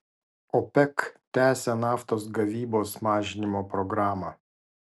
opec tęsia naftos gavybos mažinimo programą